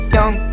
Young